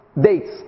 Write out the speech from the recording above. Dates